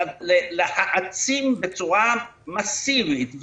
להעצים בצורה מסיבית,